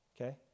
okay